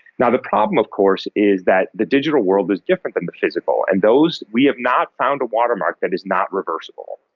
the problem of course is that the digital world is different than the physical, and those, we have not found a watermark that is not reversible.